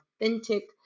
authentic